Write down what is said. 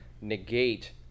negate